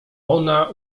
ona